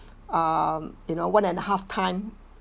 um in a one and a half time